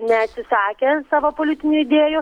neatsisakė savo politinių idėjų